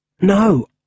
No